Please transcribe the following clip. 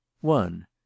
one